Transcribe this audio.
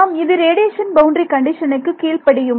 இது radiation boundary கண்டிஷனுக்கு கீழ்ப்படியுமா